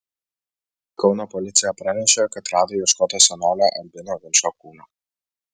kauno policija pranešė kad rado ieškoto senolio albino vinčo kūną